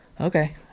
Okay